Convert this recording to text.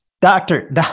Doctor